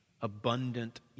abundant